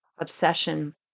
obsession